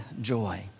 joy